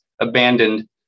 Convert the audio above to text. abandoned